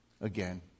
again